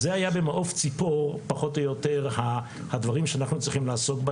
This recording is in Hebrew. אז הוזכר כאן, אנחנו לפני תשע שנים